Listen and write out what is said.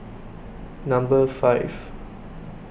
Number five